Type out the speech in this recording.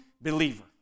believer